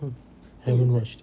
mm haven't watch it